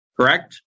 correct